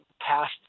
past